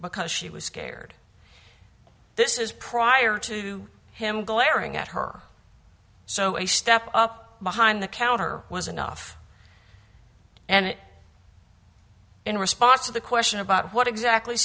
because she was scared this is prior to him glaring at her so a step up behind the counter was enough and in response to the question about what exactly